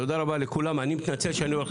תודה רבה לכולם אני מתנצל שאני הולך